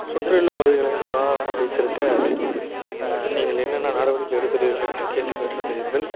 சுற்றியுள்ள பகுதிகளை சுகாதாரமாக வைத்திருக்க நீங்கள் என்னென்ன நடவடிக்கை எடுக்கிறீர்கள் என்ற கேள்வி கேட்டுருக்கிறீர்கள்